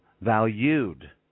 valued